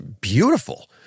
beautiful